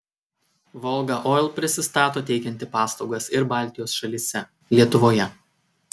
volga oil prisistato teikianti paslaugas ir baltijos šalyse lietuvoje